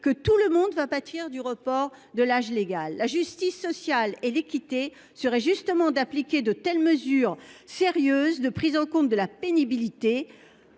que tout le monde va pâtir du report de l'âge légal. La justice sociale et l'équité consisteraient justement à appliquer des mesures sérieuses de prise en compte de la pénibilité